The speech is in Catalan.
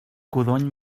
codony